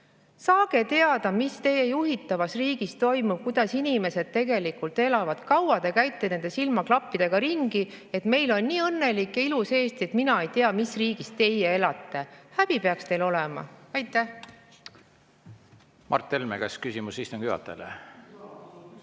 Saage teada, mis teie juhitavas riigis toimub ja kuidas inimesed tegelikult elavad. Kaua te käite nende silmaklappidega ringi? "Meil on nii õnnelik ja ilus Eesti, mina ei tea, mis riigis teie elate." Häbi peaks teil olema. Aitäh! Mart Helme, kas küsimus istungi juhatajale? Aitäh! Jaa, mul on küsimus.